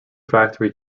factory